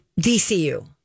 DCU